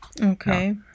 Okay